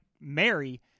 Mary